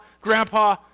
grandpa